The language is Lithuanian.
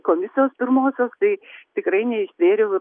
komisijos pirmosios tai tikrai neištvėriau